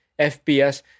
FPS